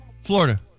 Florida